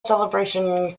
celebration